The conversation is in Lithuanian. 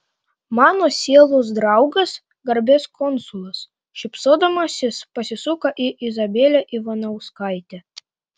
mano sielos draugas garbės konsulas šypsodamasis pasisuka į izabelę ivanauskaitę